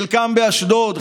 חלקם באשדוד,